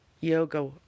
Yoga